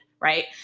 right